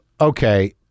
okay